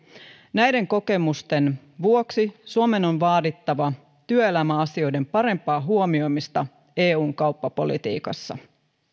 näiden kokemusten vuoksi suomen on vaadittava työelämäasioiden parempaa huomioimista eun kauppapolitiikassa